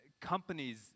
Companies